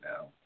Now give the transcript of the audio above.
now